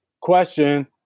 Question